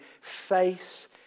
face